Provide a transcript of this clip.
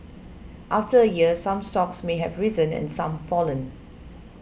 after a year some stocks may have risen and some fallen